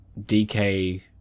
DK